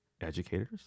educators